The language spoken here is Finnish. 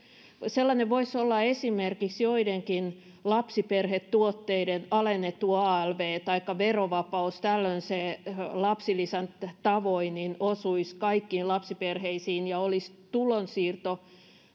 sellainen voisi olla esimerkiksi joidenkin lapsiperhetuotteiden alennettu alv taikka verovapaus tällöin se lapsilisän tavoin osuisi kaikkiin lapsiperheisiin ja olisi tulonsiirto